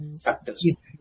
factors